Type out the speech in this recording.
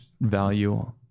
value